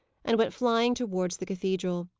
and went flying towards the cathedral.